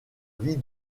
vie